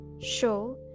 show